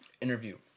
interview